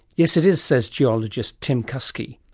yes it is, says geologist tim kusky,